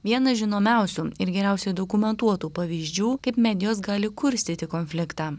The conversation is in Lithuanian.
vienas žinomiausių ir geriausiai dokumentuotų pavyzdžių kaip medijos gali kurstyti konfliktą